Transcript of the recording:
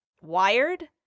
wired